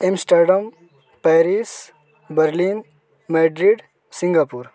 Amsterdam Paris Berlin Madrid Singapore